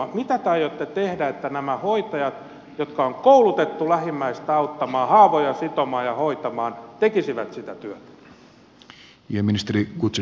mitä te aiotte tehdä että nämä hoitajat jotka on koulutettu lähimmäistä auttamaan haavoja sitomaan ja hoitamaan tekisivät sitä työtä